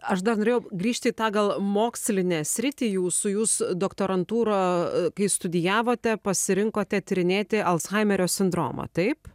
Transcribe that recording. aš dar norėjau grįžti į tą gal mokslinę sritį jūsų jūs doktorantūrą kai studijavote pasirinkote tyrinėti alzhaimerio sindromą taip